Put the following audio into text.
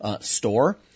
store